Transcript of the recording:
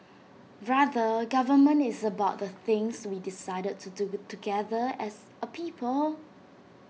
rather government is about the things we decided to do together as A people